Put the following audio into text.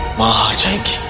magic